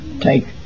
take